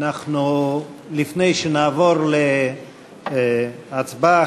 לפני שנעבור להצבעה,